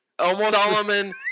Solomon